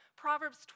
Proverbs